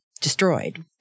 destroyed